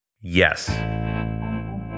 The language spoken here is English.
yes